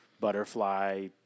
butterfly